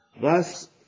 Thus